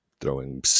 throwing